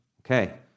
Okay